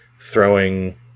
throwing